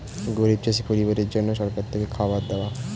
গরিব চাষি পরিবারের জন্য সরকার থেকে খাবার দেওয়া